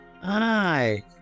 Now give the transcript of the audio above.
Hi